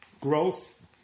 growth